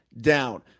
down